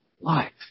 life